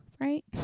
right